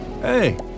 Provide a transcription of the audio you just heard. Hey